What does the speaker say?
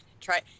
Try